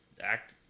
act